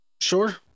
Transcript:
Sure